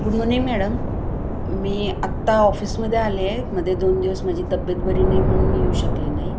good morning madam मी आत्ता ऑफिसमध्ये आलेय मध्ये दोन दिवस माझी तब्बेत बरी नाही म्हणून मी येऊ शकले नाही